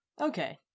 Okay